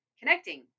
connecting